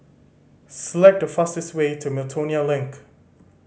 select the fastest way to Miltonia Link